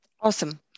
Awesome